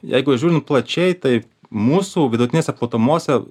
jeigu žiūrint plačiai tai mūsų vidutinėse platumose